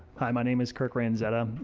hi. my name is kirk ransetta.